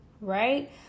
right